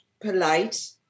polite